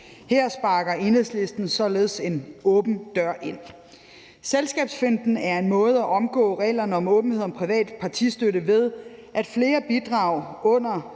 Her sparker Enhedslisten således en åben dør ind. Selskabsfinten er en måde at omgå reglerne om åbenhed om privat partistøtte på, ved at flere bidrag under